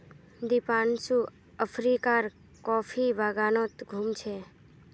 दीपांशु अफ्रीकार कॉफी बागानत घूम छ